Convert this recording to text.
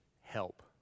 help